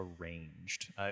arranged